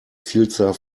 vielzahl